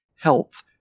health